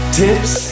tips